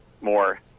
more